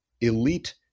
elite